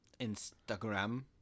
Instagram